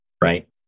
right